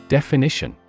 Definition